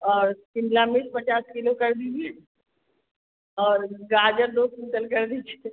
और शिमला मिर्च पचास किलो कर दीजिए और गाजर दो कुंटल कर दीजिए